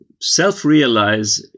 self-realize